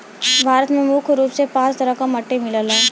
भारत में मुख्य रूप से पांच तरह क मट्टी मिलला